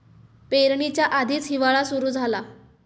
पेरणीच्या आधीच हिवाळा सुरू झाला